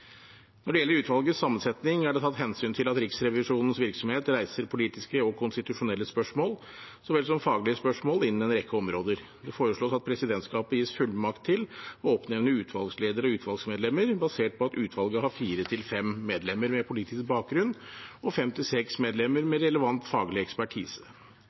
Når det gjelder utvalgets sammensetning, er det tatt hensyn til at Riksrevisjonens virksomhet reiser politiske og konstitusjonelle spørsmål, så vel som faglige spørsmål innen en rekke områder. Det foreslås at presidentskapet gis fullmakt til å oppnevne utvalgsleder og utvalgsmedlemmer, basert på at utvalget har fire til fem medlemmer med politisk bakgrunn og fem til seks medlemmer med relevant faglig ekspertise.